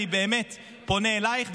אני באמת פונה אלייך,